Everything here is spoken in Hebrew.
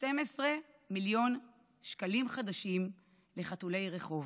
12 מיליון שקלים חדשים לחתולי רחוב.